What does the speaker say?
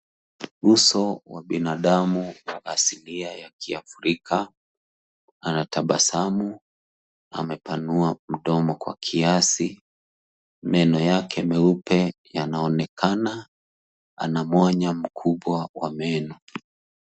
Uso wa binadamu wa asilia ya kiafrika, Anatabasamu. Amepanua mdomo kwa kiasi. Meno yake meupe yanaonekana. Ana mwanya mkubwa wa meno.